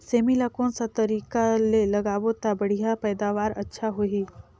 सेमी ला कोन सा तरीका ले लगाबो ता बढ़िया पैदावार अच्छा होही?